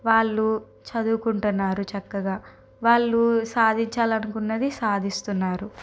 వాళ్ళు చదువుకుంటున్నారు చక్కాగా వాళ్ళు సాధిచ్చాలనుకున్నది సాధిస్తున్నారు